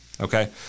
okay